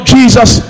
Jesus